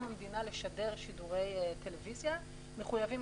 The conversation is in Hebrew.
המדינה לשדר שידורי טלוויזיה מחויבים,